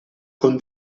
con